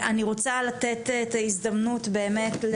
אני רוצה לתת את ההזדמנות באמת,